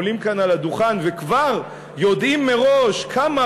עולים כאן לדוכן וכבר יודעים מראש כמה